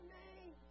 name